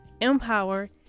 empower